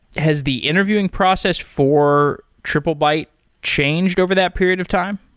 has the interviewing process for triplebyte changed over that period of time?